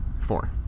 Four